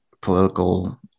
political